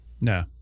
no